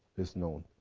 it's known.